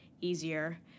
easier